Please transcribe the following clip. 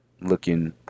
looking